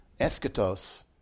eschatos